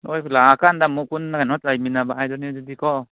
ꯍꯣꯏ ꯂꯥꯛꯑꯀꯥꯟꯗ ꯑꯃꯨꯛ ꯄꯨꯟꯅ ꯀꯩꯅꯣ ꯂꯩꯃꯤꯟꯅꯕ ꯍꯥꯏꯕꯗꯨꯅꯤꯀꯣ